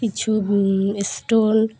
কিছু স্টল